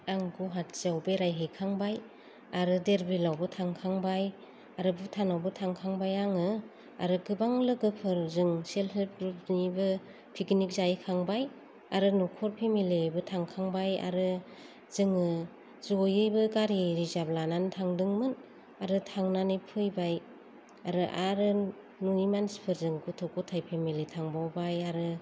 आं गुवाहाटीयाव बेरायहैखांबाय आरो धिर बिलावबो थांखांबाय आरो भुटानावबो थांखांबाय आङो आरो गोबां लोगोफोरजों सेल्फ हेल्फ ग्रुपनिबो पिकनिक जाहैखांबाय आरो न'खर फेमिलिबो थांखाबाय आरो जोङो जयैबो गारि रिजार्भ लानानै थांदोंमोन आरो थांनानै फैबाय आरो आरो न'नि मानसिफोरजों गथ' गथाय फेमिलि थांबावबाय आरो